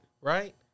Right